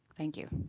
thank you.